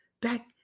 back